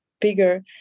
bigger